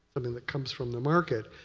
i mean that comes from the market,